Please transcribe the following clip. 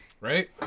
right